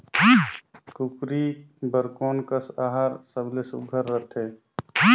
कूकरी बर कोन कस आहार सबले सुघ्घर रथे?